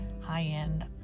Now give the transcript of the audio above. high-end